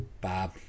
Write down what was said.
Bob